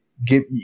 get